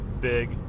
big